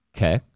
Okay